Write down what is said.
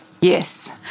Yes